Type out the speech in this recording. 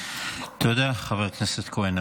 תודה, חבר הכנסת כהן.